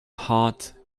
hot